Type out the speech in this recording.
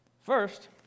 First